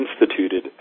instituted